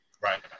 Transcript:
Right